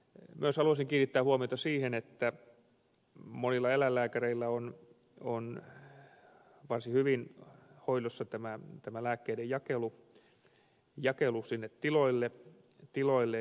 myös haluaisin kiinnittää huomiota siihen että monilla eläinlääkäreillä on varsin hyvin hoidossa tämä lääkkeiden jakelu sinne tiloille